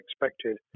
expected